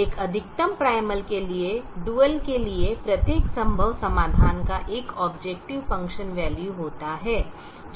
एक अधिकतम प्राइमल के लिए डुअल के लिए प्रत्येक संभव समाधान का एक ऑबजेकटिव फंक्शन वैल्यू होता है